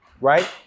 right